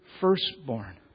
firstborn